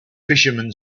fishermen